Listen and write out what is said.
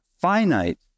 finite